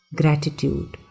gratitude